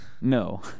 No